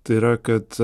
tai yra kad